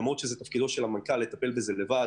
למרות שזה תפקידו של המנכ"ל לטפל בזה לבד,